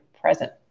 present